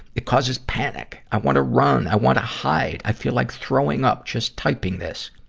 it causes panic. i wanna run, i wanna hide. i feel like throwing up, just typing this.